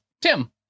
Tim